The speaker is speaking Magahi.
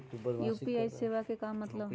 यू.पी.आई सेवा के का मतलब है?